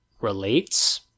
relates